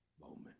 moment